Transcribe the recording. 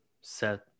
set